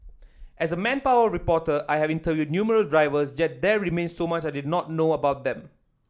as manpower reporter I have interviewed numerous drivers yet there remained so much I did not know about them